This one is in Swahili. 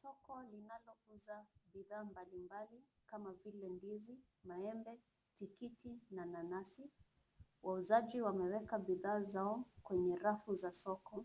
Soko linalouza bidhaa mbali mbali kama vile ndizi, maembe, tikiti na nanasi. Wauzaji wameweka bidhaa zao kwenye rafu za soko